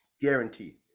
Guaranteed